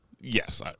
Yes